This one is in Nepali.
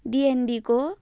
डिएनडीको